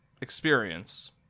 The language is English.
experience